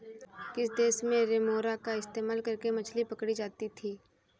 किस देश में रेमोरा का इस्तेमाल करके मछली पकड़ी जाती थी?